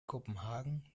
kopenhagen